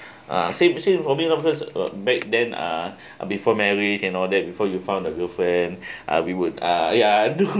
uh same same for me loh because uh back then uh before marriage and all that before you found a girlfriend uh we would uh ya do